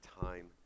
time